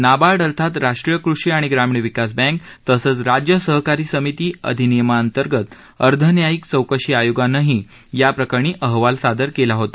नाबार्ड अर्थात राष्ट्रीय कृषी आणि ग्रामीण विकास बँक तसंच राज्य सहकारी समिती अधिनियमाअंतर्गत अर्ध न्यायिक चौकशी आयोगानंही या प्रकरणी अहवाल सादर केला होता